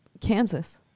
Kansas